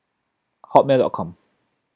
hotmail dot com